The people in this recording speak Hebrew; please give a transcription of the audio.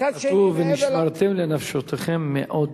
מצד שני, מעבר, כתוב: ונשמרתם לנפשותיכם מאוד.